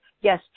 yes